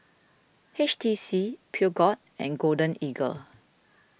H T C Peugeot and Golden Eagle